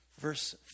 Verse